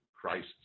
Christ